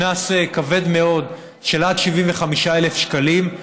קנס כבד מאוד של עד 75,000 שקלים,